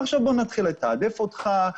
עכשיו בוא נתחיל לתעדף אותך,